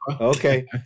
Okay